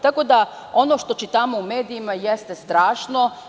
Tako da ono što čitamo u medijima jeste strašno.